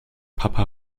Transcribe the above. papa